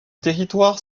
territoire